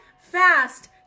fast